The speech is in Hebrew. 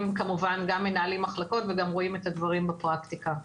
הם כמובן גם מנהלים מחלקות וגם רואים את הדברים בפרקטיקה.